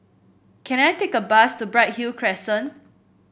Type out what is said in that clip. can I take a bus to Bright Hill Crescent